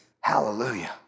Hallelujah